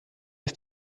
ist